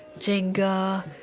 jinga.